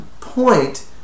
point